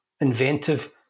inventive